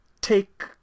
take